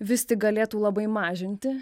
vis tik galėtų labai mažinti